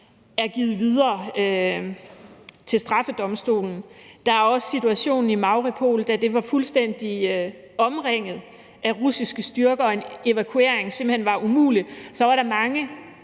er givet videre til straffedomstolen. Der er også situationen i Mariupol, da det var fuldstændig omringet af russiske styrker og en evakuering simpelt hen var umulig. Da var der mange